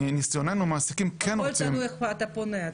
מניסיוננו המעסיקים כן רוצים --- הכול תלוי איפה אתה פונה,